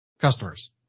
customers